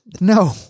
no